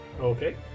okay